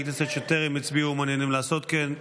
כנסת שטרם הצביעו ומעוניינים לעשות כן?